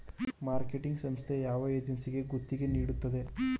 Marketing ಸಂಸ್ಥೆ ಯಾವ ಏಜೆನ್ಸಿಗೆ ಗುತ್ತಿಗೆ ನೀಡುತ್ತದೆ?